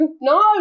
No